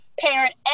parent